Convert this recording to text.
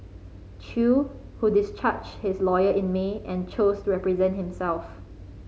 Chew who discharged his lawyer in May and chose to represent himself